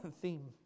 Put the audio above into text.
theme